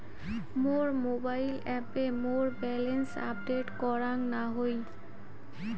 মোর mobile অ্যাপে মোর balance update করাং না হই